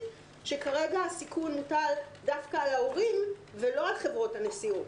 שכרגע הסיכון מוטל דווקא על ההורים ולא על חברות הנסיעות.